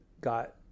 got